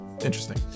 interesting